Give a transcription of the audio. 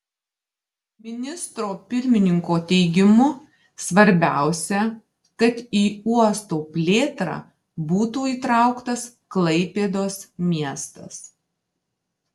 ministro pirmininko teigimu svarbiausia kad į uosto plėtrą būtų įtrauktas klaipėdos miestas